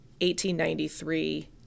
1893